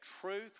truth